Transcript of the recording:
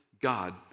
God